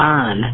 on